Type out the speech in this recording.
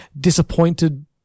disappointed